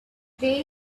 they